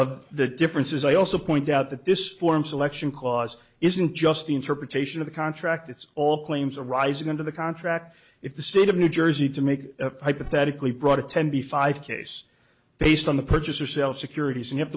of the differences i also point out that this form selection clause isn't just the interpretation of the contract it's all claims arising under the contract if the state of new jersey to make hypothetically brought a ten b five case based on the purchase or sell securities and